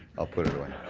i'll put it away.